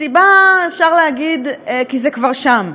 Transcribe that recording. הסיבה, אפשר להגיד, היא שזה כבר שם.